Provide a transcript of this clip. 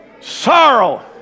sorrow